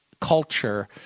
culture